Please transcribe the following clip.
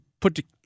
put